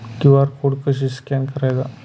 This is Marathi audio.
क्यू.आर कोड कसे स्कॅन करायचे?